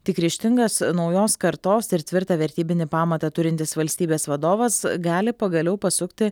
tik ryžtingas naujos kartos ir tvirtą vertybinį pamatą turintis valstybės vadovas gali pagaliau pasukti